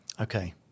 okay